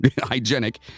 hygienic